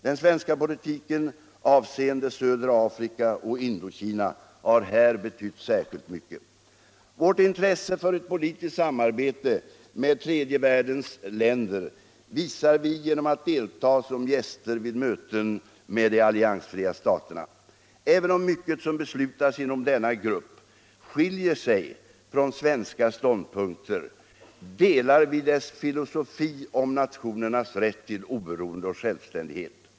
Den svenska politiken avseende södra Afrika och Indokina har här betytt särskilt mycket. Vårt intresse för ett politiskt samarbete med tredje världens länder visar vi genom att delta som gäster vid möten med de alliansfria staterna. Även om mycket som beslutas inom denna grupp skiljer sig från svenska ståndpunkter delar vi dess filosofi om nationernas rätt till oberoende och självständighet.